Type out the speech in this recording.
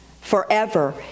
Forever